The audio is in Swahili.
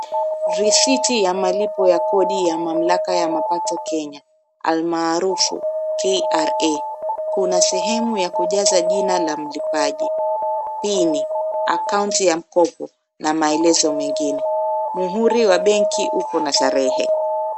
Risiti ya kodi ya mamlaka ya mapato kenya almaharufu KRA . Kuna sehemu ya kujaza jina la mlipaji, pini, akaunti ya mkopo na maelezo mengine. Muhuri wa benki uko na tarehe.